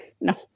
No